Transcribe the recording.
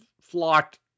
flocked